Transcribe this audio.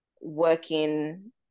working